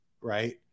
right